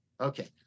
okay